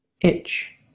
itch